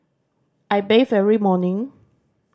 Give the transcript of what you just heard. I bathe every morning